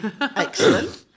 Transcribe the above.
Excellent